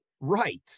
right